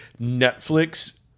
Netflix